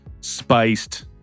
spiced